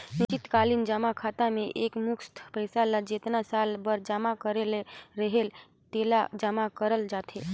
निस्चित कालीन जमा खाता में एकमुस्त पइसा ल जेतना साल बर जमा करे ले रहेल तेला जमा करल जाथे